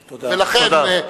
תודה, תודה.